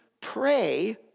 pray